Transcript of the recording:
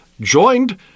joined